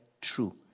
true